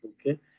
okay